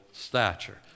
Stature